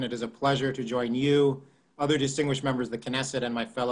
שאלה לאיזה ועדה זה צריך ללכת ואז אמרו שזה צריך ללכת לחוץ וביטחון,